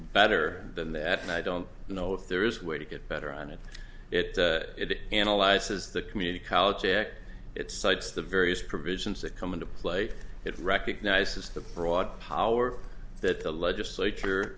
better than that and i don't know if there is way to get better on it it it analyzes the community college act it cites the various provisions that come into play it recognizes the broad power that the legislature